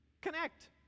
connect